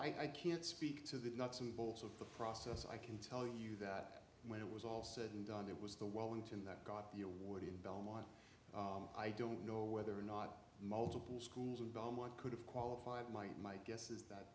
what i can't speak to the nuts and bolts of the process i can tell you that when it was all said and done it was the wellington that got the award in belmont i don't know whether or not multiple schools in belmont could have qualified might my guess is